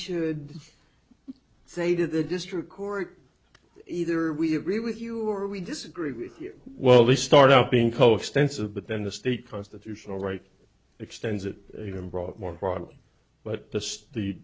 should say to the district court either we agree with you or we disagree with you well we start out being co extensive but then the state constitutional right extends it brought more broadly but just the